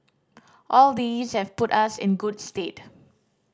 all these have put us in good stead